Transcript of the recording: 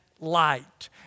light